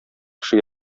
кеше